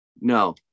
No